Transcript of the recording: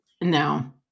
No